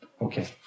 Okay